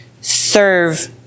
serve